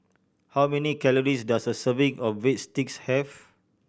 how many calories does a serving of Breadsticks have